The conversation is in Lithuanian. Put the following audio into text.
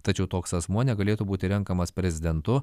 tačiau toks asmuo negalėtų būti renkamas prezidentu